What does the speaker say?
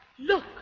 Look